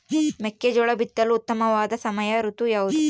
ಮೆಕ್ಕೆಜೋಳ ಬಿತ್ತಲು ಉತ್ತಮವಾದ ಸಮಯ ಋತು ಯಾವುದು?